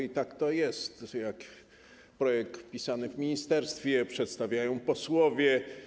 I tak to jest: projekt pisany w ministerstwie przedstawiają posłowie.